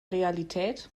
realität